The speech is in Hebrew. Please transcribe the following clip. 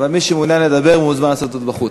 אבל מי שמעוניין לדבר מוזמן לעשות זאת בחוץ.